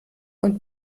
und